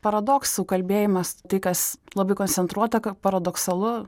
paradoksų kalbėjimas tai kas labai koncentruota paradoksalu